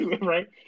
Right